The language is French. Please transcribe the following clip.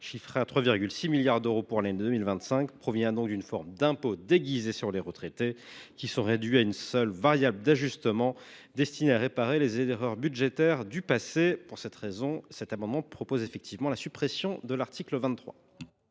chiffrées à 3,6 milliards d’euros pour l’année 2025, proviennent donc d’une forme d’impôt déguisé sur les retraités, qui sont réduits à une simple variable d’ajustement destinée à réparer les erreurs budgétaires du passé. Pour ces raisons, nous demandons la suppression de l’article 23.